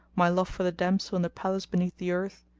my love for the damsel in the palace beneath the earth,